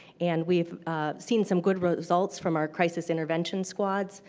and we've seen some good results from our crisis intervention squads.